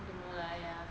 don't know lah !aiya!